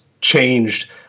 changed